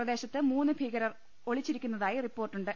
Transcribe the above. പ്രദേശത്ത് മൂന്ന് ഭീക്ര്ർ ഒളിച്ചിരിക്കുന്നതായി റിപ്പോർട്ടുണ്ട്